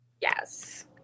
Yes